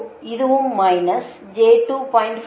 4 இதுவும் minus j 2